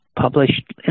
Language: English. published